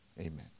amen